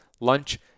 lunch